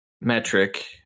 metric